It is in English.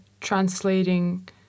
translating